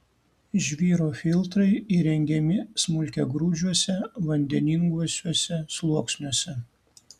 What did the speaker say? žvyro filtrai įrengiami smulkiagrūdžiuose vandeninguosiuose sluoksniuose